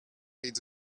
its